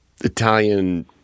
Italian